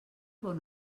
bon